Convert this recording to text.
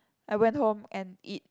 I went home and eat